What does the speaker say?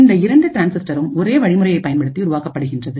இந்த இரண்டு டிரான்ஸிஸ்டரும் ஒரே வழி முறையை பயன்படுத்தி உருவாக்கப்படுகின்றது